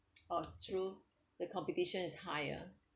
oh true the competition is high ah